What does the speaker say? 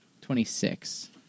Twenty-six